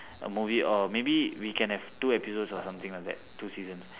movie or maybe we can have two episode or something like that two seasons